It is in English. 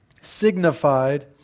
signified